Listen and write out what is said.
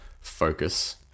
focus